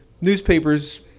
newspapers